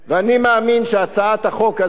אני מאמין שהצעת החוק הזאת,